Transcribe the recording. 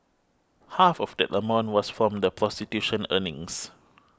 half of that amount was from the prostitution earnings